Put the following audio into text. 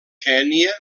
kenya